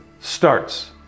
starts